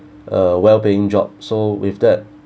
uh wellbeing job so with that